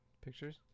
pictures